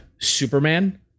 Superman